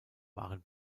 waren